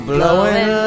Blowing